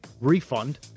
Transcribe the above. refund